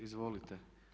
Izvolite.